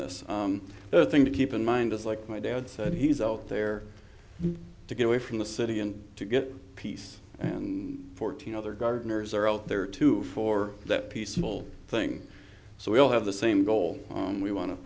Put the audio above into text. this thing to keep in mind is like my dad said he's out there to get away from the city and to get peace and fourteen other gardeners are out there too for that peaceable thing so we all have the same goal on we want to